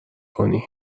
کنی